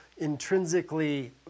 intrinsically